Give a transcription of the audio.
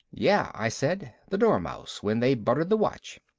yeah, i said. the dormouse, when they buttered the watch.